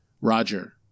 Roger